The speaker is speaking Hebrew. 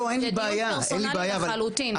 זה דיון פרסונלי לחלוטין.